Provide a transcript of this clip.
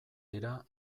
dira